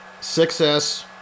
6S